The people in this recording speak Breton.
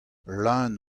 leun